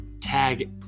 Tag